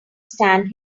stand